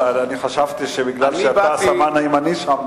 אני חשבתי שמפני שאתה הסמן הימני שם,